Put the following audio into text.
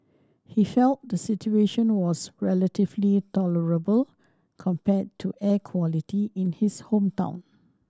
he felt the situation was relatively tolerable compared to air quality in his hometown